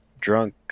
drunk